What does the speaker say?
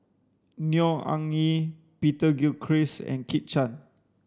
Neo Anngee Peter Gilchrist and Kit Chan